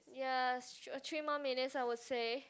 yes or three more minutes I would say